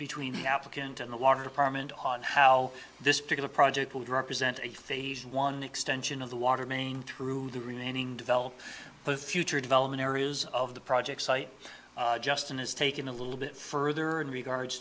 between the applicant and the water department on how this particular project would represent a phase one extension of the water main through the remaining develop the future development areas of the project site justin is taking a little bit further in regards